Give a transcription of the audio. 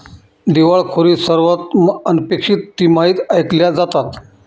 दिवाळखोरी सर्वात अनपेक्षित तिमाहीत ऐकल्या जातात